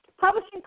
publishing